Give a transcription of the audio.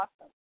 awesome